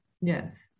Yes